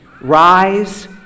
Rise